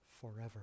Forever